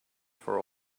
for